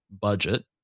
budget